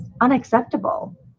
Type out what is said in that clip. unacceptable